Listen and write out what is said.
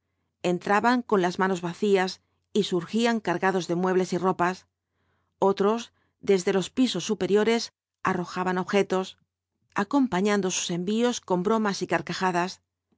entraban con las manos vacías y surgían cargados de muebles y ropas otros desde los pisos superiores arrojaban objetos acompañando sus envíos con los oüatro jinetes del apocalipsis bromas y carcajadas